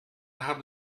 haben